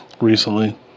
recently